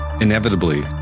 Inevitably